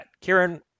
Kieran